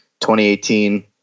2018